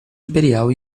imperial